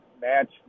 match